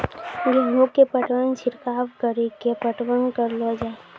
गेहूँ के पटवन छिड़काव कड़ी के पटवन करलो जाय?